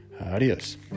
Adios